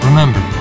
Remember